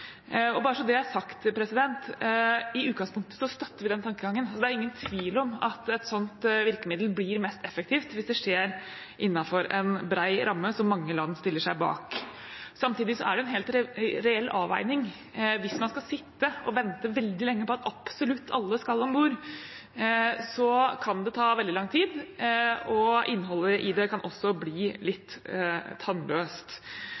Og bare så det er sagt: I utgangspunktet støtter vi den tankegangen, og det er ingen tvil om at et sånt virkemiddel blir mest effektivt hvis det skjer innenfor en bred ramme som mange land stiller seg bak. Samtidig er det en helt reell avveining: Hvis man skal sitte og vente veldig lenge på at absolutt alle skal om bord, kan det ta veldig lang tid, og innholdet i det kan også bli